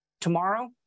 tomorrow